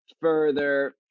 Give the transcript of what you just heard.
further